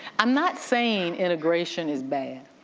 i'm not saying integration is bad.